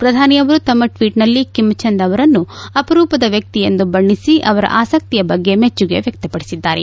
ಪ್ರಧಾನಿ ಅವರು ತಮ್ಮ ಟ್ವೀಟ್ನಲ್ಲಿ ಕಿಮ್ಚಂದ್ ಅವರನ್ನು ಅಪರೂಪದ ವ್ಯಕ್ತಿ ಎಂದು ಬಣ್ಣಿಸಿ ಅವರ ಆಸಕ್ತಿ ಬಗ್ಗೆ ಮೆಚ್ಚುಗೆ ವ್ಯಕ್ತಪಡಿಸಿದ್ದಾರೆ